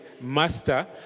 master